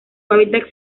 hábitat